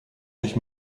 durch